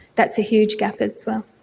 that's a huge gap as well.